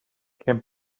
camp